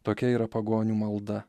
tokia yra pagonių malda